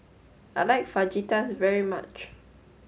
I like Fajitas very much